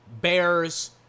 Bears